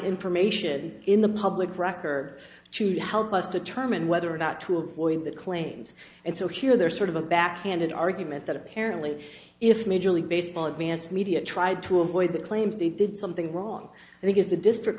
information in the public record to help us determine whether or not to avoid the claims and so here there's sort of a backhanded argument that apparently if major league baseball advanced media tried to avoid the claims they did something wrong because the district